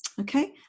okay